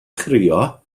chrio